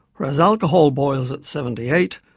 whereas alcohol boils at seventy eight,